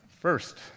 First